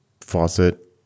faucet